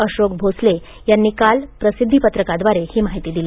अशोक भोसले यांनी काल प्रसिद्धीपत्रकाद्वारे ही माहिती दिली